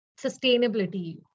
sustainability